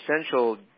essential